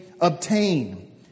obtain